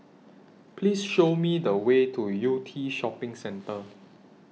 Please Show Me The Way to Yew Tee Shopping Centre